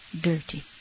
dirty